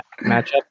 matchup